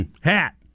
hat